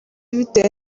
bitewe